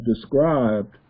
described